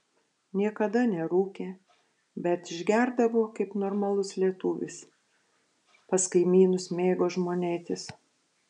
niekada nerūkė bet išgerdavo kaip normalus lietuvis pas kaimynus mėgo žmonėtis